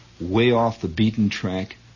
way-off-the-beaten-track